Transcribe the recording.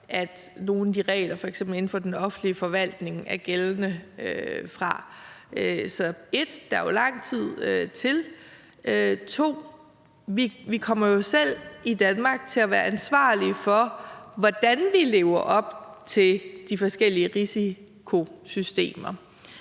før nogle af de regler, f.eks. inden for den offentlige forvaltning, er gældende. Så 1) der er jo lang tid til, og 2) vi kommer jo selv i Danmark til at være ansvarlige for, hvordan vi lever op til de forskellige risikosystemer.